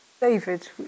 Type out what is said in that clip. David